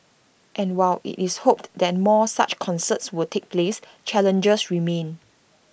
and while IT is hoped that more such concerts will take place challenges remain